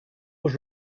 was